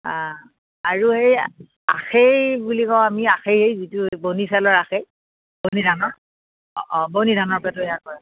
আৰু সেই আখেই বুলি কওঁ আমি আখেই যিটো বনি চাউলৰ আখেই বনি ধানৰ অঁ অঁ বনি ধানৰ পৰা তৈয়াৰ কৰা হয়